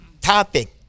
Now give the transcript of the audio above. topic